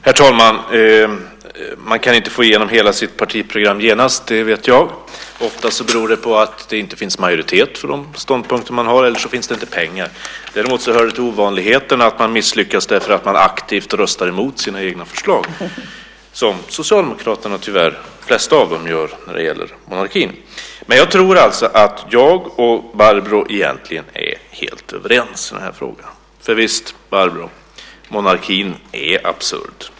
Herr talman! Man kan inte genast få igenom hela sitt partiprogram. Det vet jag. Oftast beror det på att det inte finns majoritet för de ståndpunkter man har eller så finns det inte pengar. Däremot hör det till ovanligheterna att man misslyckas för att man aktivt röstar emot sina egna förslag, vilket tyvärr Socialdemokraterna, de flesta av dem, gör när det gäller monarkin. Jag tror alltså att jag och Barbro egentligen är helt överens i den frågan. För visst är monarkin absurd, Barbro?